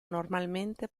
normalmente